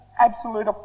absolute